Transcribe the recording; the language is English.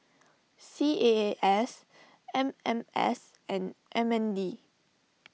C A A S M M S and M N D